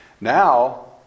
Now